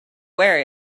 wear